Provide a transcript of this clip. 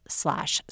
slash